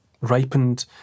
ripened